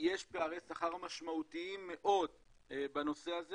שיש פערי שכר משמעותיים מאוד בנושא הזה